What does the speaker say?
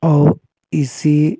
और इसी